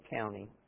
county